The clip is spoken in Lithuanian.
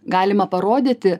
galima parodyti